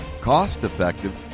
cost-effective